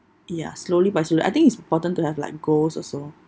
ya slowly by slowly I think it's important to have like goals also